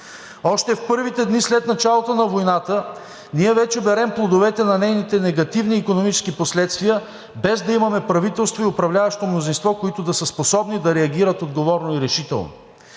Още в първите дни след началото на войната ние вече берем плодовете на нейните негативни икономически последствия, без да имаме правителство и управляващо мнозинство, които да са способни да реагират отговорно и решително.